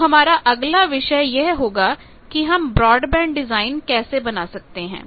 तो हमारा अगला विषय यह होगा कि हम ब्रॉडबैंड डिजाइन कैसे बना सकते हैं